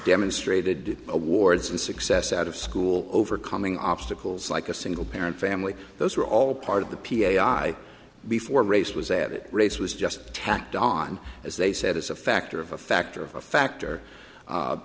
demonstrated awards and success out of school overcoming obstacles like a single parent family those are all part of the p a s i before race was added race was just tacked on as they said it's a factor of a factor of a factor